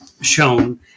shown